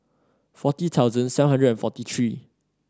forty thousand seven hundred and forty three